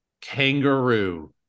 Kangaroo